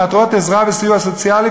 למטרות עזרה וסיוע סוציאלי,